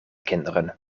kinderen